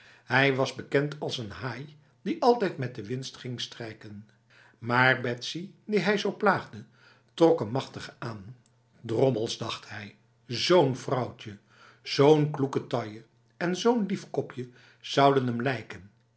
hij was bekend als een haai die altijd met de winst ging strijken maar betsy die hij zo plaagde trok hem machtig aan drommels dacht hij zo'n vrouwtje zo'n kloeke taille en zo'n lief kopje zouden hem lijken